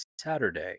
Saturday